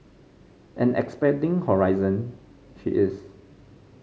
and expanding horizon she is